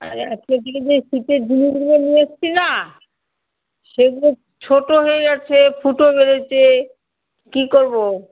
আয় আপনার থেকে যে শীতের জিনিসগুলো নিয়ে এসছি না সেগুলো ছোটো হয়ে গেছে ফুটো বেড়েছে কী করবো